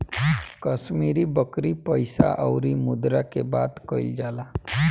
कश्मीरी बकरी पइसा अउरी मुद्रा के बात कइल जाला